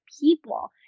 people